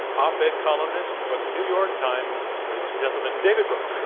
op-ed columnist for the new york times. ladies and gentlemen, david